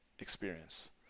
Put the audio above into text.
experience